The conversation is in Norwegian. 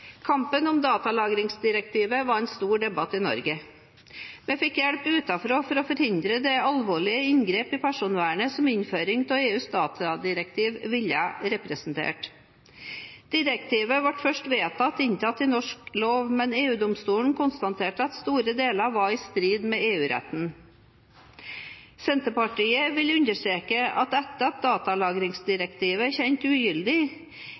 Kampen om datalagringsdirektivet var en stor debatt i Norge. Vi fikk hjelp utenfra for å forhindre de alvorlige inngrep i personvernet som innføring av EUs datadirektiv ville representert. Direktivet ble først vedtatt inntatt i norsk lov, men EU-domstolen konstaterte at store deler var i strid med EU-retten. Senterpartiet vil understreke at etter at datalagringsdirektivet er kjent ugyldig,